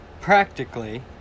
practically